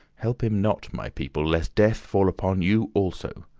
help him not, my people, lest death fall upon you also.